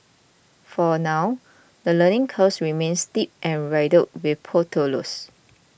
for now the learning curve remains steep and riddled with potholes